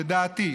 לדעתי,